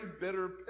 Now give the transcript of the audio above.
bitter